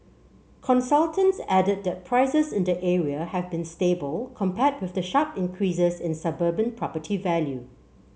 consultants added that prices in the area have been stable compared with the sharp increases in suburban property value